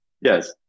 yes